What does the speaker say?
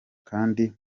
kandi